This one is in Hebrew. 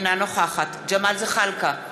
אינה נוכחת ג'מאל זחאלקה,